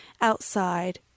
outside